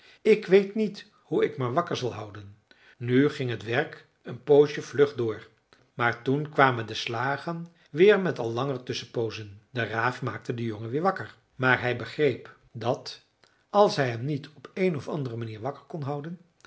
ik weet niet hoe ik me wakker zal houden nu ging het werk een poosje vlug door maar toen kwamen de slagen weer met al langer tusschenpoozen de raaf maakte den jongen weer wakker maar hij begreep dat als hij hem niet op een of andere manier wakker kon houden